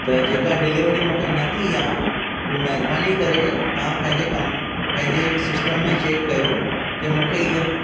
त जेका डिलीवरी मूंखे न थी आहे उहो महिरबानी करे तव्हां पंहिंजे कम पंहिंजे सिस्टम में चैक कयो की मूंखे हीअ